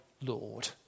Lord